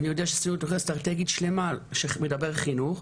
אני יודע שעשינו תוכנית אסטרטגית שלמה שמדברת על חינוך,